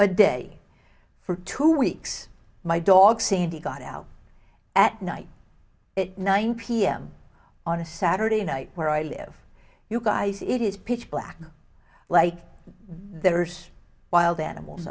a day for two weeks my dog sandy got out at night it nine pm on a saturday night where i live you guys it is pitch black like there's wild animals